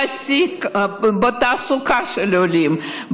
בתעסוקה של עולים,